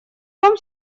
том